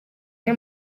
ine